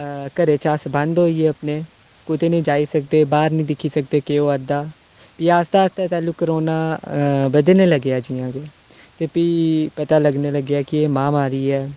घरै च अस बंद होई गे अपने कुतै निं जाई सकदे बाह्र निं दिक्खी सकदे केह् होआ दा भी आस्तै आस्तै तैह्लूं करोना बधन लग्गेआ जि'यां ते भी पता लग्गन लग्गेआ कि महामारी ऐ